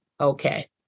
okay